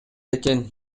экен